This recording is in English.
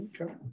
Okay